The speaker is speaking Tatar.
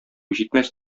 җитмәс